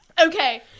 Okay